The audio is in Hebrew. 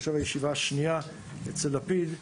אני חושב הישיבה השנייה אצל לפיד,